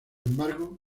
embargo